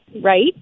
right